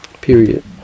Period